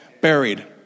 Buried